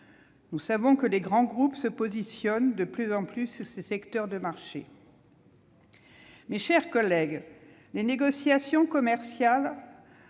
Nous savons que les grands groupes se positionnent de plus en plus sur ces secteurs de marché. Mes chers collègues, les négociations commerciales